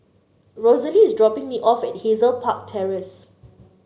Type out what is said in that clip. Rosalie is dropping me off at Hazel Park Terrace